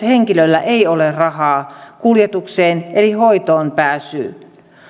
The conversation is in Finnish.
henkilöllä ei ole rahaa kuljetukseen eli hoitoon pääsyyn